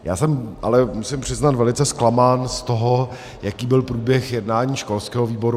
Já jsem ale, musím se přiznat, velice zklamán z toho, jaký byl průběh jednání školského výboru.